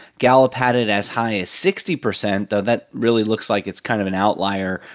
gallup had it as high as sixty percent, though that really looks like it's kind of an outlier.